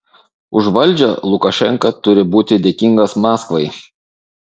už valdžią lukašenka turi būti dėkingas maskvai